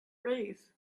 raise